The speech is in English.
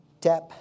tap